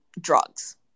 drugs